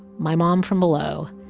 my mom from below.